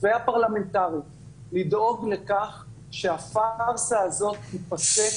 והפרלמנטרית לדאוג לכך שהפרסה הזאת תיפסק